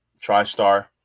TriStar